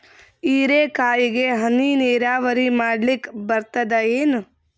ಹೀರೆಕಾಯಿಗೆ ಹನಿ ನೀರಾವರಿ ಮಾಡ್ಲಿಕ್ ಬರ್ತದ ಏನು?